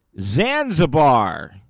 Zanzibar